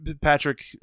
Patrick